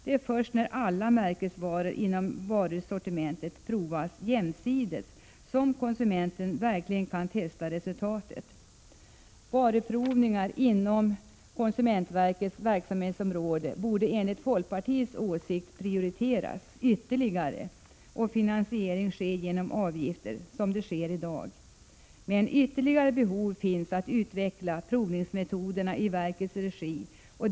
Det är först när alla märkesvaror inom varusortimentet provas jämsides som konsumenten verkligen kan testa resultatet. Varuprovningar inom konsumentverkets verksamhetsområde borde enligt folkpartiets åsikt prioriteras ytterligare och finansiering ske genom avgifter, vilket sker i dag. Ytterligare behov finns emellertid att utveckla provningsmetoderna i verkets regi.